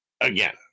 again